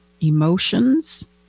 emotions